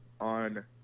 on